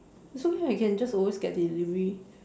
this one I can just always get delivery